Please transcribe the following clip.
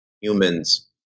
humans